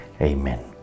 Amen